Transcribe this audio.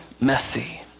messy